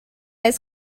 est